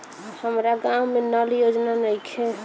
हमारा गाँव मे नल जल योजना नइखे?